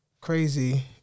Crazy